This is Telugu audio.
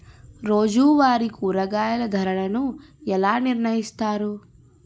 రోజువారి కూరగాయల ధరలను ఎలా నిర్ణయిస్తారు?